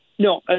No